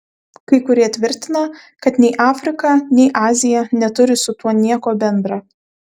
kai kurie tvirtina kad nei afrika nei azija neturi su tuo nieko bendra